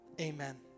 amen